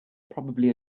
probably